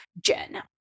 Jen